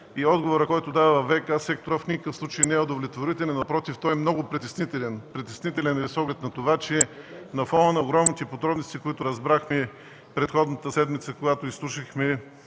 Отговорът, който се дава във ВиК сектора, в никакъв случай не е удовлетворителен, а напротив, е много притеснителен. Притеснителен е, защото на фона на огромните потребности, които разбрахме предходната седмица, когато изслушахме